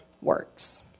works